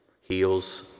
heals